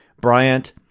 Bryant